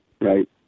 right